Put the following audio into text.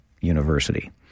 University